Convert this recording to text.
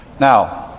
Now